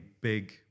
big